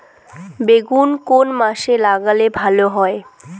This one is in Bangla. বেগুন কোন মাসে লাগালে ভালো হয়?